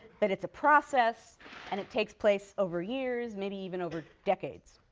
that it's a process and it takes place over years, maybe even over decades.